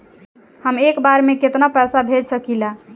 हम एक बार में केतना पैसा भेज सकिला?